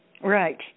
Right